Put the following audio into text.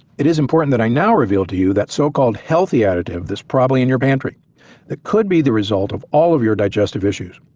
it is important that i now reveal to you that so-called healthy additive that's probably in your panty that could be the result of all of your digestive issues.